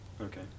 Okay